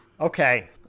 okay